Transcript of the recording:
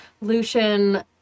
Lucian